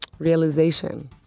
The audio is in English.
realization